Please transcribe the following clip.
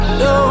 no